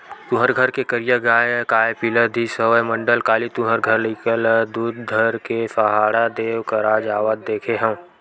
तुँहर घर के करिया गाँय काय पिला दिस हवय मंडल, काली तुँहर घर लइका ल दूद धर के सहाड़ा देव करा जावत देखे हँव?